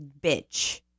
bitch